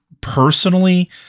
personally